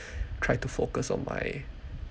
try to focus on my